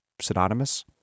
synonymous